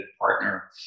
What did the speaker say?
partner